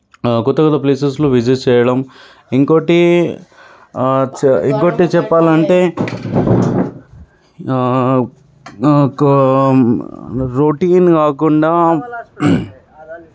కొత్త కొత్త ప్లేసెస్లో విజిట్ చేయడం ఇంకోటి చె ఇంకోటి చెప్పాలంటే కొ రోటీన్ కాకుండా